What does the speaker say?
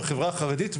בחברה החרדית והדתית,